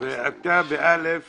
ובסעיף (א)(1)